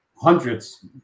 hundreds